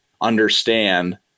understand